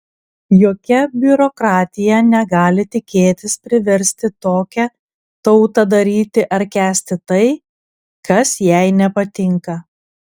jokia biurokratija negali tikėtis priversti tokią tautą daryti ar kęsti tai kas jai nepatinka